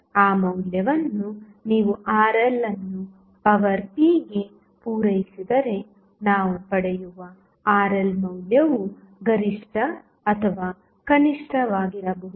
ಆ ಮೌಲ್ಯವನ್ನು ನೀವು RL ಅನ್ನು ಪವರ್ p ಗೆ ಪೂರೈಸಿದರೆ ನಾವು ಪಡೆಯುವ RL ಮೌಲ್ಯವು ಗರಿಷ್ಠ ಅಥವಾ ಕನಿಷ್ಠವಾಗಬಹುದು